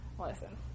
Listen